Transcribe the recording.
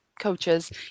coaches